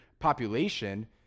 population